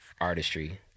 artistry